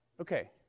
Okay